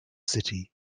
city